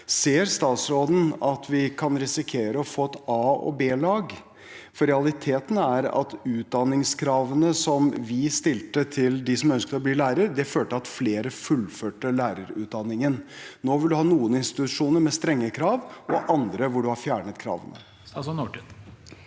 Ser statsråden at vi kan risikere å få et a- og b-lag? For realiteten er at utdanningskravene som vi stilte til dem som ønsket å bli lærer, førte til at flere fullførte lærerutdanningen. Nå vil man ha noen institusjoner med strenge krav og andre hvor man har fjernet kravene. Statsråd